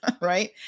right